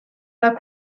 pas